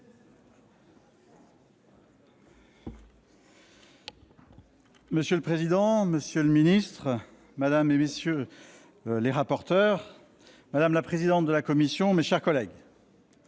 Monsieur le président, monsieur le ministre, madame, monsieur les rapporteurs, madame la présidente de la commission, mes chers collègues,